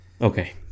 Okay